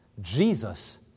Jesus